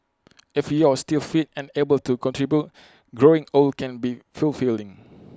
if you're still fit and able to contribute growing old can be fulfilling